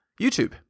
YouTube